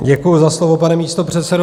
Děkuji za slovo, pane místopředsedo.